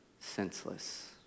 senseless